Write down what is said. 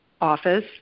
office